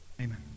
Amen